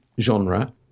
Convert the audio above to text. genre